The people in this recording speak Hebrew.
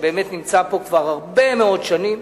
שבאמת נמצא פה כבר הרבה מאוד שנים,